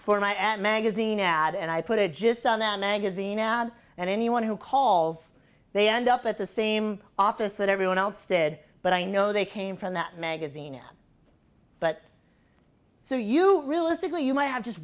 for my at magazine ad and i put it just on that magazine ad and anyone who calls they end up at the same office that everyone else ted but i know they came from that magazine but so you realistically you might have just